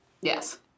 Yes